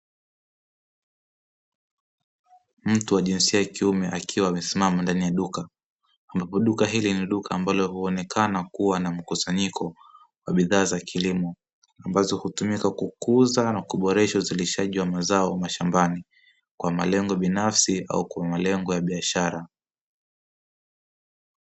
Mtu wa jinsia ya kiume akiwa amesimama ndani ya duka, ambapo duka hili ni duka huonekana kuwa na mkusanyiko wa bidhaa za kilimo, ambazo hutumika kukuza na kuboresha uzalishaji wa mazao mashambani kwa malengo binafsi au kwa malengo ya biashara.